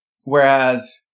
Whereas